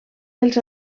dels